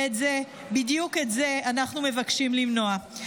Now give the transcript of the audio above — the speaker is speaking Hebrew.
ואת זה, בדיוק את זה, אנחנו מבקשים למנוע.